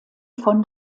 von